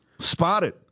Spotted